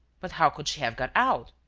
but how could she have got out?